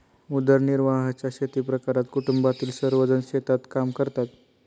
उदरनिर्वाहाच्या शेतीप्रकारात कुटुंबातील सर्वजण शेतात काम करतात